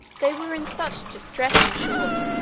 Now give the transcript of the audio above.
they were in such distress, in short,